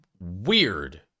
weird